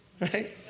right